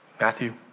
Matthew